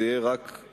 זה יהיה רק,